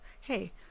Hey